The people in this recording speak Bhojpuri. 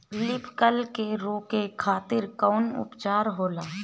लीफ कल के रोके खातिर कउन उपचार होखेला?